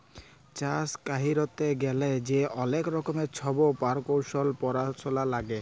চাষ ক্যইরতে গ্যালে যে অলেক রকমের ছব পরকৌশলি পরাশলা লাগে